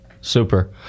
Super